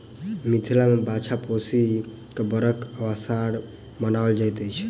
मिथिला मे बाछा पोसि क बड़द वा साँढ़ बनाओल जाइत अछि